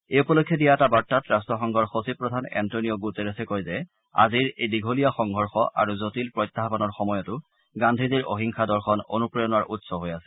এই উপলক্ষে দিয়া এটা বাৰ্তাত ৰাট্টসংঘৰ সচিব প্ৰধান এণ্টনিঅ গুটেৰেছে কয় যে আজিৰ এই দীঘলীয়া সংঘৰ্ষ আৰু জটিল প্ৰত্যাহানৰ সময়তো গান্ধীজীৰ অহিংসা দৰ্শন অনুপ্ৰেৰণাৰ উৎস হৈ আছে